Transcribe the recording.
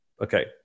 Okay